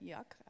Yuck